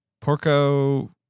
Porco